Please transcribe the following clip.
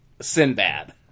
Sinbad